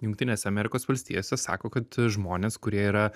jungtinėse amerikos valstijose sako kad žmonės kurie yra